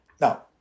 Now